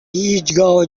هیچگاه